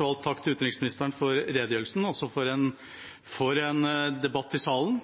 alt takk til utenriksministeren for redegjørelsen og takk for en debatt i salen